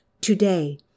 today